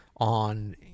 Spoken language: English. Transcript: on